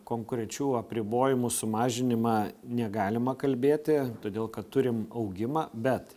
konkrečių apribojimų sumažinimą negalima kalbėti todėl kad turim augimą bet